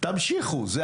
יש